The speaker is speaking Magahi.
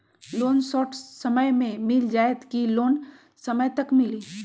लोन शॉर्ट समय मे मिल जाएत कि लोन समय तक मिली?